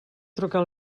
trucar